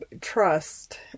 trust